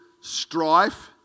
strife